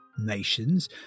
nations